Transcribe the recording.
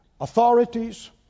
authorities